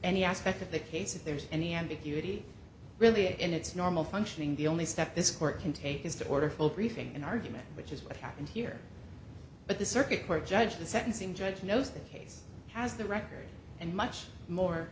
any aspect of the case if there's any ambiguity really in its normal functioning the only stay this court can take is to order full briefing and argument which is what happened here but the circuit court judge the sentencing judge knows the case has the record and much more